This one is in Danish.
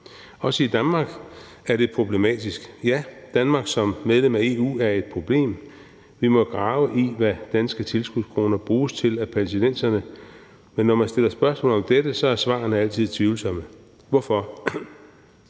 Også i Danmark er det problematisk. Ja, Danmark som medlem af EU er et problem. Vi må grave i, hvad danske tilskudskroner bruges til af palæstinenserne. Men når man stiller spørgsmål om dette, er svarene altid tvivlsomme. Hvorfor?